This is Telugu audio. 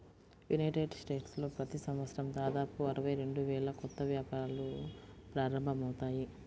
యునైటెడ్ స్టేట్స్లో ప్రతి సంవత్సరం దాదాపు అరవై రెండు వేల కొత్త వ్యాపారాలు ప్రారంభమవుతాయి